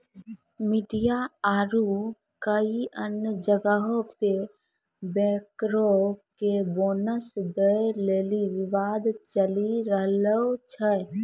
media आरु कई अन्य जगहो पे बैंकरो के बोनस दै लेली विवाद चलि रहलो छै